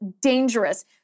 dangerous